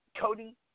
Cody